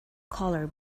color